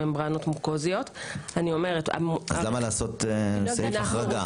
אז למה לעשות סעיף החרגה?